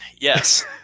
yes